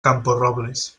camporrobles